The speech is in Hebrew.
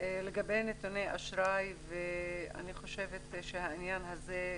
של נתוני האשראי אני חושבת שהעניין הזה,